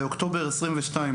באוקטובר 2022,